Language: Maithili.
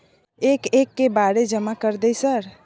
एक एक के बारे जमा कर दे सर?